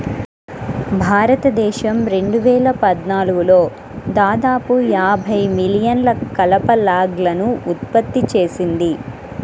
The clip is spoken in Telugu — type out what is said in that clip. భారతదేశం రెండు వేల పద్నాలుగులో దాదాపు యాభై మిలియన్ల కలప లాగ్లను ఉత్పత్తి చేసింది